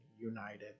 united